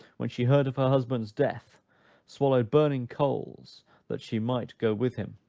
when she heard of her husband's death swallowed burning coals that she might go with him.